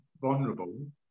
vulnerable